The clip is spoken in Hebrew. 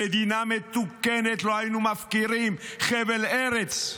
במדינה מתוקנת לא היינו מפקירים חבל ארץ,